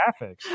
graphics